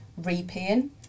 repaying